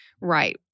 right